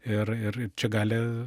ir ir čia gali